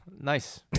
nice